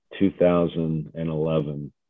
2011